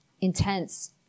intense